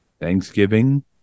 Thanksgiving